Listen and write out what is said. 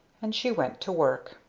and she went to work.